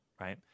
right